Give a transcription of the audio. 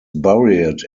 buried